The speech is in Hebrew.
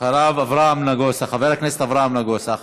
אחריו, חבר הכנסת אברהם נגוסה.